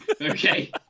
okay